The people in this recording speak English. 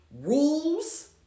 rules